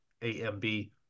amb